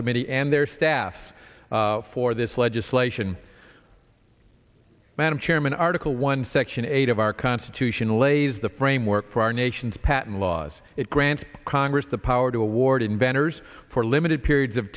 committee and their staffs for this legislation madam chairman article one section eight of our constitution lays the framework for our nation's patent laws it grants congress the power to award inventors for limited periods of